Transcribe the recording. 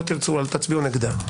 לא תרצו - תצביעו נגדה.